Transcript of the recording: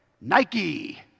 Nike